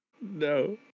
No